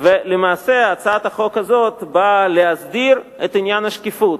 למעשה הצעת החוק הזאת באה להסדיר את עניין השקיפות.